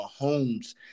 Mahomes